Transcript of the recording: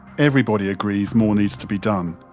everybody agrees more needs to be done,